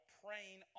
praying